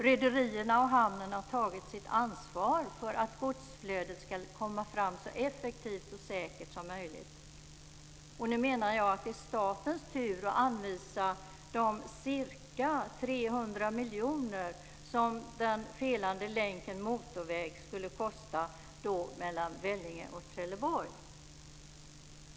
Rederierna och hamnen har tagit sitt ansvar för att godsflödet ska komma fram så effektivt och säkert som möjligt. Nu menar jag att det är statens tur att anvisa de ca 300 miljoner som den felande länken motorväg skulle kosta mellan Vellinge och Trelleborg.